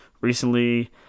recently